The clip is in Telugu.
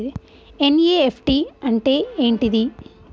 ఎన్.ఇ.ఎఫ్.టి అంటే ఏంటిది?